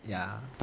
ya